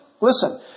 Listen